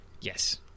yes